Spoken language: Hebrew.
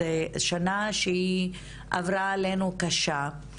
זה שנה שהיא עברה עלינו קשה,